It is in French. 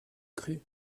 crut